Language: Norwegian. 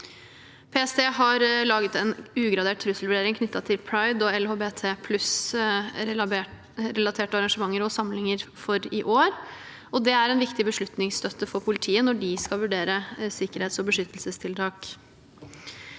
PST har lagd en ugradert trusselvurdering knyttet til pride- og LHBT+-relaterte arrangementer og samlinger for i år. Det er en viktig beslutningsstøtte for politiet når de skal vurdere sikkerhetsog beskyttelsestiltak.